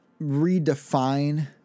Redefine